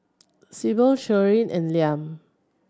Syble Sherilyn and Liam